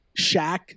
Shaq